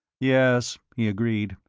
yes, he agreed.